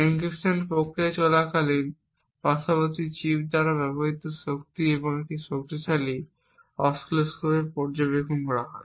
encryption প্রক্রিয়া চলাকালীন পাশাপাশি চিপ দ্বারা ব্যবহৃত শক্তি একটি শক্তিশালী অসিলোস্কোপে পর্যবেক্ষণ করা হয়